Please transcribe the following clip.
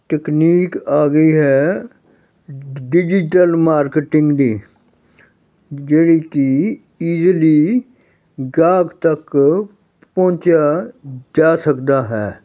ਤਕਨੀਕ ਆ ਗਈ ਹੈ ਡਿ ਡਿਜੀਟਲ ਮਾਰਕੀਟਿੰਗ ਦੀ ਜ ਜਿਹੜੀ ਕਿ ਇਜੀਲੀ ਗਾਹਕ ਤੱਕ ਪਹੁੰਚਿਆ ਜਾ ਸਕਦਾ ਹੈ